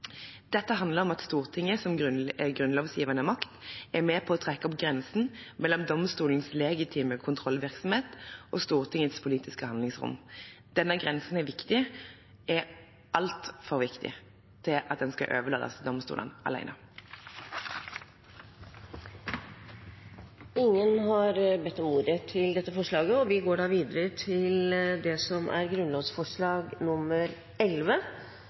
Dette handler om at Stortinget som grunnlovgivende makt er med på å trekke opp grensen mellom domstolens legitime kontrollvirksomhet og Stortingets politiske handlingsrom. Denne grensen er altfor viktig til at den skal overlates til domstolene alene. Flere har ikke bedt om ordet til grunnlovsforslag 8. Dette forslaget